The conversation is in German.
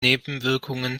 nebenwirkungen